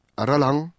aralang